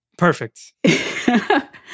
Perfect